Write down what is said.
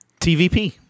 tvp